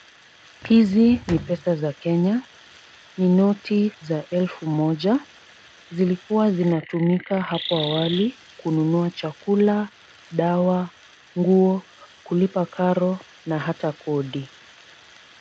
Hizi ni pesa za Kenya, ni noti za elfu moja, zilikua zinatumika hapo awali kununua chakula, dawa, nguo, kulipa karo na hata kodi.